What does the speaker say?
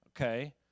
Okay